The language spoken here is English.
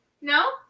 No